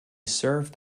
served